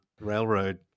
railroad